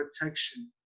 protection